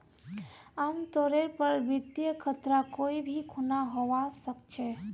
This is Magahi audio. आमतौरेर पर वित्तीय खतरा कोई भी खुना हवा सकछे